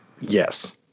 Yes